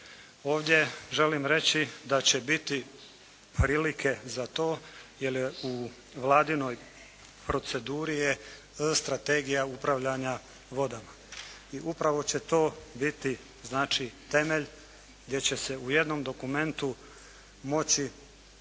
Ovdje želim reći da će biti prilike za to jer u vladinoj proceduri je Strategija upravljanja vodama i upravo će to biti znači temelj gdje će se u jednom dokumentu moći